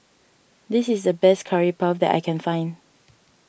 this is the best Curry Puff that I can find